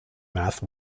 math